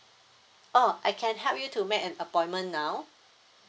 orh I can help you to make an appointment now